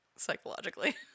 psychologically